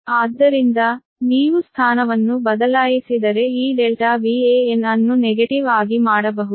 ಆದ್ದರಿಂದ ನೀವು ಸ್ಥಾನವನ್ನು ಬದಲಾಯಿಸಿದರೆ ಈ ∆ Van ಅನ್ನು ನೆಗೆಟಿವ್ ಆಗಿ ಮಾಡಬಹುದು